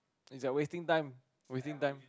is that wasting time wasting time